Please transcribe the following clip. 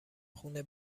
خونه